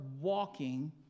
walking